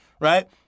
Right